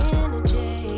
energy